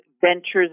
ventures